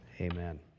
Amen